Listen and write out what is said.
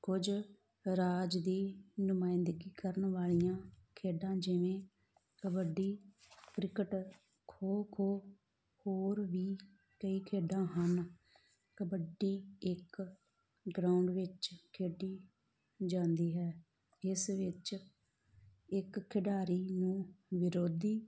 ਕੁਝ ਰਾਜ ਦੀ ਨੁਮਾਇੰਦਗੀ ਕਰਨ ਵਾਲੀਆਂ ਖੇਡਾਂ ਜਿਵੇਂ ਕਬੱਡੀ ਕ੍ਰਿਕਟ ਖੋ ਖੋ ਹੋਰ ਵੀ ਕਈ ਖੇਡਾਂ ਹਨ ਕਬੱਡੀ ਇੱਕ ਗਰਾਊਂਡ ਵਿੱਚ ਖੇਡੀ ਜਾਂਦੀ ਹੈ ਇਸ ਵਿੱਚ ਇੱਕ ਖਿਡਾਰੀ ਨੂੰ ਵਿਰੋਧੀ